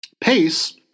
Pace